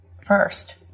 first